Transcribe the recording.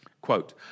Quote